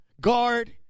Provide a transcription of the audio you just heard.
guard